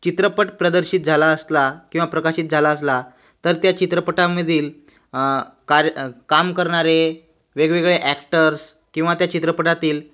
चित्रपट प्रदर्शित झाला असला किंवा प्रकाशित झाला असला तर त्या चित्रपटामधील कार्य काम करणारे वेगवेगळे ॲक्टर्स किंवा त्या चित्रपटातील